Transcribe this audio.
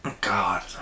God